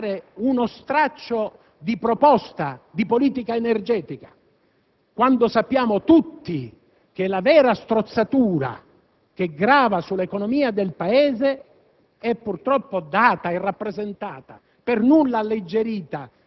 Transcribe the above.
il Governo, ancor prima del Parlamento, ad avanzare uno straccio di proposta di politica energetica, quando sappiamo tutti che la vera strozzatura che grava sull'economia del Paese,